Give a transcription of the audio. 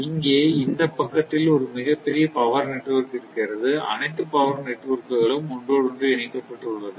இங்கே இந்த பக்கத்தில் ஒரு மிகப் பெரிய பவர் நெட்வொர்க் இருக்கிறது அனைத்து பவர் நெட்வொர்க்குகளும் ஒன்றோடொன்று இணைக்கப்பட்டு உள்ளது